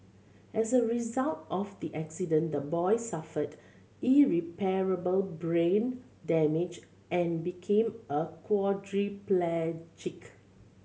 as a result of the accident the boy suffered irreparable brain damage and became a quadriplegic